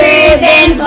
Rubin